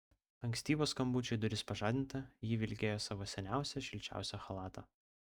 ankstyvo skambučio į duris pažadinta ji vilkėjo savo seniausią šilčiausią chalatą